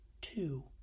two